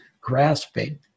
grasping